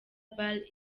ball